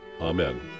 Amen